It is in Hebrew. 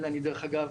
דרך אגב,